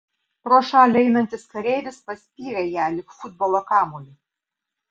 pro šalį einantis kareivis paspyrė ją lyg futbolo kamuolį